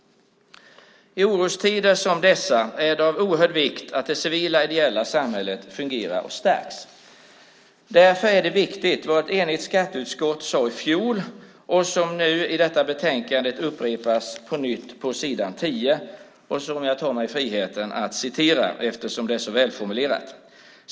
I orostider som dessa är det oerhört viktigt att det civila ideella samhället fungerar och stärks. Därför är det viktigt vad ett enigt skatteutskott i fjol sade, vilket upprepas på s. 10 i betänkandet. Jag tar mig friheten att citera det eftersom det är så välformulerat.